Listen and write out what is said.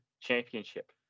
Championship